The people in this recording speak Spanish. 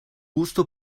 gusto